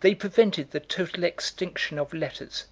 they prevented the total extinction of letters,